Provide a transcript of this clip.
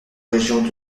région